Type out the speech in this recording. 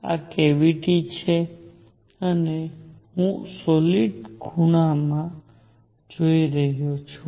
આ કેવીટી છે અને હું સોલીડ ખૂણામાં જોઈ રહ્યો છું